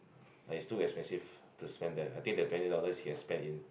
like is too expensive to spend there I think the twenty dollars you can spend in